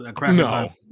No